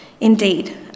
Indeed